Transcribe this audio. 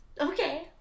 okay